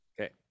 Okay